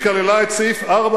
היא כללה את סעיף 4,